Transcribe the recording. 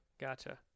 gotcha